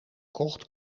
kocht